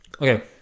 okay